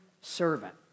servant